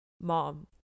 mom